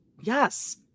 yes